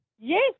Yes